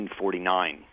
1949